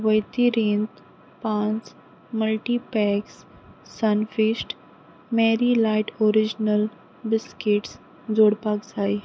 वतिरींत पांच multi packs Sunfeast Marie light original biscuits जोडपाक जाय